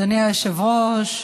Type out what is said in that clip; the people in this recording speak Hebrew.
אדוני היושב-ראש,